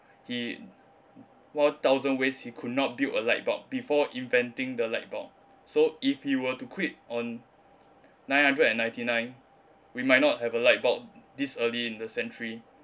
he one thousand ways he could not build a light bulb before inventing the light bulb so if he were to quit on nine hundred and ninety nine we might not have a light bulb this early in the century